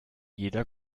jeder